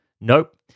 Nope